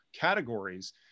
categories